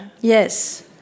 Yes